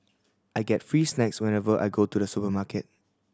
I get free snacks whenever I go to the supermarket